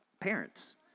parents